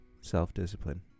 Self-discipline